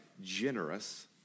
generous